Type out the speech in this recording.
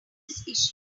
issues